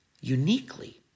uniquely